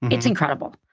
it's incredible.